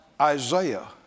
Isaiah